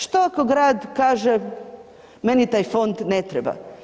Što ako grad kaže meni taj fond ne treba?